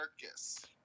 circus